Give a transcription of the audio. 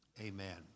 Amen